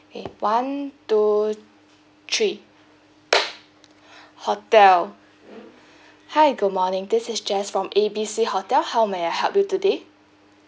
okay one two three hotel hi good morning this is jess from A B C hotel how may I help you today